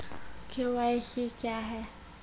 KYC क्या हैं?